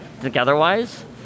together-wise